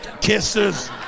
Kisses